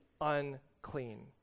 unclean